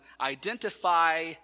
identify